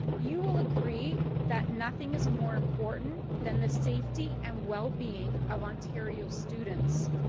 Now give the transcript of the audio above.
you will agree that nothing is more important than the safety and well-being of ontario students.